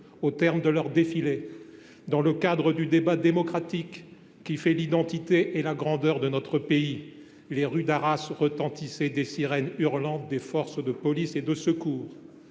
au terme de leur défilé, dans le cadre du débat démocratique qui fait l’identité et la grandeur de notre pays, les rues de la ville retentissaient des sirènes hurlantes des forces de police et de secours.